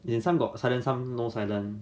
then some got silent then some no silent